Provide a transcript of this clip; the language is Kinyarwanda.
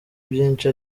byinshi